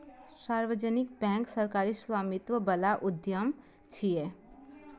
सार्वजनिक बैंक सरकारी स्वामित्व बला उद्यम छियै